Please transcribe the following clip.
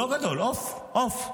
לא גדול, עוף, עוף,